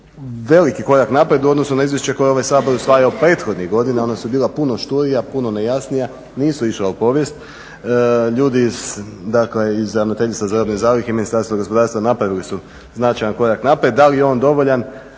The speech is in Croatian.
veliki korak naprijed u odnosu na izvješće koje je ovaj Sabor usvajao prethodnih godina. Ona su bila puno šturija, puno nejasnija, nisu išla u povijest. Ljudi dakle iz Ravnateljstva za robne zalihe Ministarstva gospodarstva napravili su značajan korak naprijed. Da li je on dovoljan